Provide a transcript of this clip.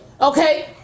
Okay